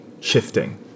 shifting